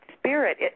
spirit